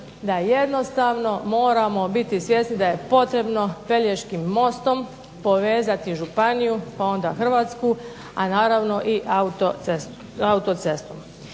da jednostavno moramo biti svjesni da je potrebno pelješkim mostom povezati županiju, pa onda Hrvatsku, a naravno i autocestu.